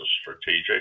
strategic